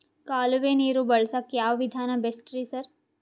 ಕಾಲುವೆ ನೀರು ಬಳಸಕ್ಕ್ ಯಾವ್ ವಿಧಾನ ಬೆಸ್ಟ್ ರಿ ಸರ್?